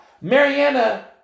Mariana